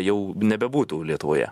jau nebebūtų lietuvoje